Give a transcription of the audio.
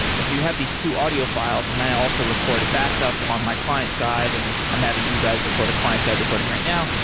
and so you have these two audio files and then i also record a backup on my client side and i'm having you guys record a client side recording right now,